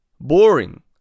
boring